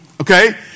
okay